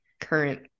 current